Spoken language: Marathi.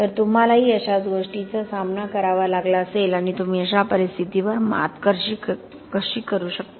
तर तुम्हालाही अशाच गोष्टीचा सामना करावा लागला असेल आणि तुम्ही अशा परिस्थितीवर मात कशी करू शकता